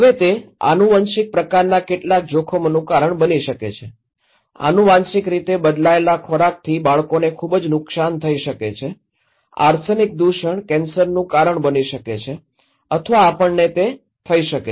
હવે તે આનુવંશિક પ્રકારનાં કેટલાક જોખમોનું કારણ બની શકે છે આનુવંશિક રીતે બદલાયેલા ખોરાકથી બાળકોને ખુબજ નુકશાન થઈ શકે છે આર્સેનિક દૂષણ કેન્સરનું કારણ બની શકે છે અથવા આપણને તે થઈ શકે છે